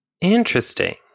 Interesting